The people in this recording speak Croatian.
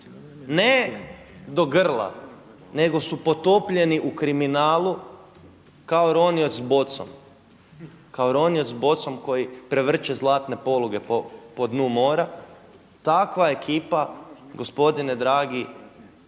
ne do grla, nego su potopljeni u kriminalu kao ronilac s bocom koji prevrće zlatne poluge po dnu mora, takva ekipa gospodine dragi